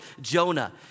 Jonah